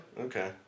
Okay